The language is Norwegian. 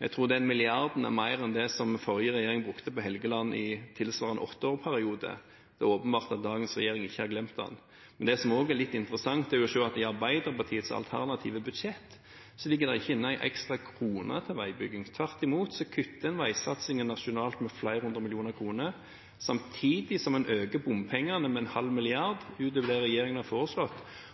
Jeg tror den milliarden er mer enn det den forrige regjeringen brukte på Helgeland i tilsvarende åtteårsperiode. Det er åpenbart at dagens regjering ikke har glemt Helgeland. Det som også er interessant, er å se at i Arbeiderpartiets alternative budsjett ligger det ikke inne én ekstra krone til veibygging. Tvert imot kutter de veisatsingen nasjonalt med flere hundre millioner kroner samtidig som de øker bompengene med 0,5 mrd. kr utover det regjeringen har foreslått,